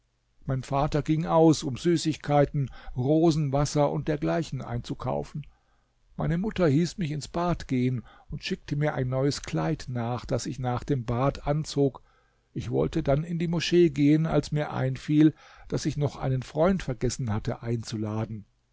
mein vater ging aus um süßigkeiten rosenwasser und dergleichen einzukaufen meine mutter hieß mich ins bad gehen und schickte mir ein neues kleid nach das ich nach dem bad anzog ich wollte dann in die moschee gehen als mir einfiel daß ich noch einen freund vergessen hatte einzuladen